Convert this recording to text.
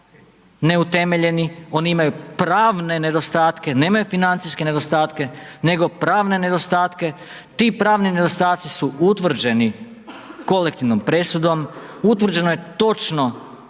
neutemeljeni, oni imaju pravne nedostatke, nemaju financijske nedostatke, nego pravne nedostatke. Ti pravni nedostaci su utvrđeni kolektivnom presudom. Utvrđeno je točno